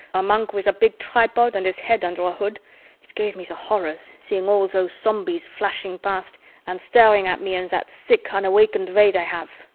a monk with a big tripod and his head under a hood it gave me the horrors seeing all those zombies flashing past and staring at me in that sick unawakened way they have,